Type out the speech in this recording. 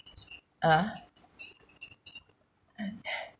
uh